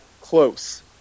close